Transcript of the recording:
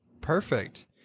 Perfect